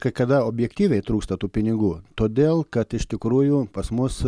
kai kada objektyviai trūksta tų pinigų todėl kad iš tikrųjų pas mus